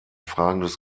fragendes